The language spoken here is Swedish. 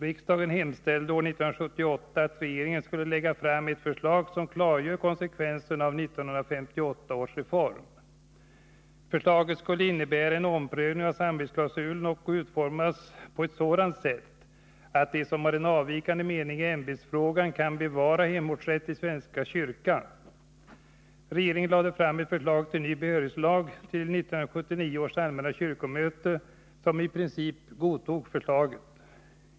Riksdagen hemställde år 1978 att regeringen skulle lägga fram ett förslag som klargör konsekvenserna av 1958 års reform. Förslaget skulle innebära en omprövning av samvetsklausulen och utformas på ett sådant sätt att de som har en avvikande mening i ämbetsfrågan kan bevara hemortsrätt i svenska kyrkan . Regeringen lade fram ett förslag till ny behörighetslag till 1979 års allmänna kyrkomöte, som i princip godtog förslaget.